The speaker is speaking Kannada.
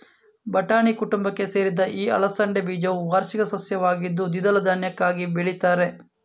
ಬಟಾಣಿ ಕುಟುಂಬಕ್ಕೆ ಸೇರಿದ ಈ ಅಲಸಂಡೆ ಬೀಜವು ವಾರ್ಷಿಕ ಸಸ್ಯವಾಗಿದ್ದು ದ್ವಿದಳ ಧಾನ್ಯಕ್ಕಾಗಿ ಬೆಳೀತಾರೆ